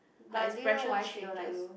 but do you know why she don't like you